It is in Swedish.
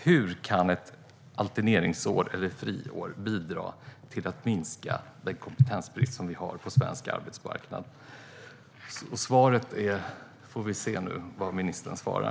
Hur kan ett alterneringsår, eller friår, bidra till att minska den kompetensbrist som vi har på svensk arbetsmarknad? Vi får höra vad ministern svarar.